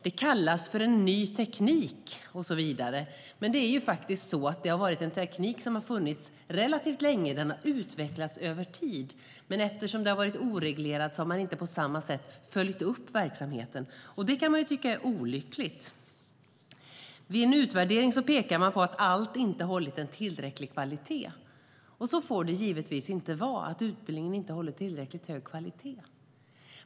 Det kallas för en ny teknik och så vidare, men det är faktiskt en teknik som funnits relativt länge. Den har utvecklats över tid. Eftersom detta varit oreglerat har man dock inte följt upp verksamheten på samma sätt. Det kan man tycka är olyckligt.I en utvärdering pekas på att allt inte har hållit tillräcklig kvalitet. Det får givetvis inte vara så att utbildningen inte håller tillräckligt hög kvalitet.